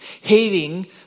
hating